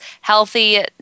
healthy